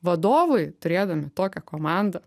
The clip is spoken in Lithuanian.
vadovai turėdami tokią komandą